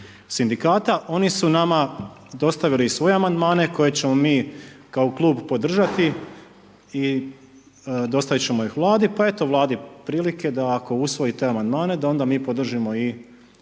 sindikata. Oni su nama dostavili svoje amandmane koje ćemo mi kao Klub podržati i dostavit ćemo ih Vladi, pa eto Vladi prilike da ako usvoji te amandmane, da onda mi podržimo i